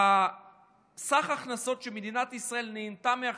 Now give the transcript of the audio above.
סך ההכנסות שמדינת ישראל נהנתה מהן